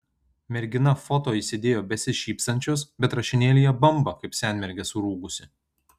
mergina foto įsidėjo besišypsančios bet rašinėlyje bamba kaip senmergė surūgusi